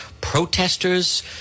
protesters